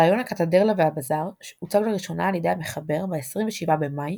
רעיון הקתדרלה והבזאר הוצג לראשונה על ידי המחבר ב-27 במאי